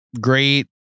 great